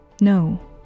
No